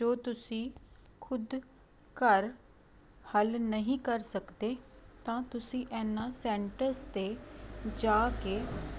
ਜੋ ਤੁਸੀਂ ਖੁਦ ਘਰ ਹੱਲ ਨਹੀਂ ਕਰ ਸਕਦੇ ਤਾਂ ਤੁਸੀਂ ਇਹਨਾਂ ਸੈਂਟਰਸ 'ਤੇ ਜਾ ਕੇ